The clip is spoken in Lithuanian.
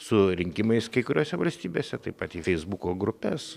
su rinkimais kai kuriose valstybėse taip pat į feisbuko grupes